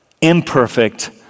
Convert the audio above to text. imperfect